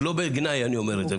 לא בגנאי אני אומר את זה.